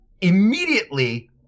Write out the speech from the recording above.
immediately